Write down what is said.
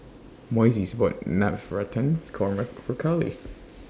Moises bought Navratan Korma For Carlee